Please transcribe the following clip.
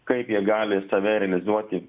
kaip jie gali save realizuoti